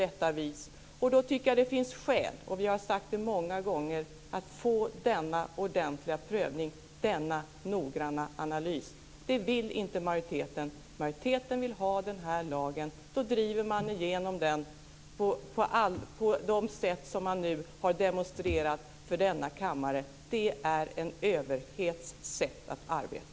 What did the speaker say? Då finns det skäl - vi har sagt det många gånger - att få denna ordentliga prövning och noggranna analys. Det vill inte majoriteten. Majoriteten vill ha denna lag. Då driver man igenom den på de sätt som man har demonstrerat för denna kammare. Det är en överhets sätt att arbeta.